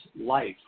life